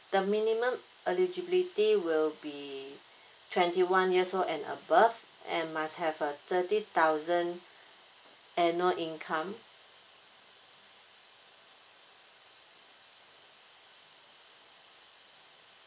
the minimum eligibility will be twenty one years old and above and must have a thirty thousand annual income